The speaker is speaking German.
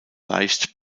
leicht